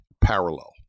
parallel